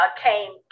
came